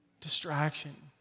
Distraction